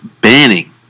banning